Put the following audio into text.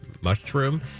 Mushroom